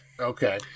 Okay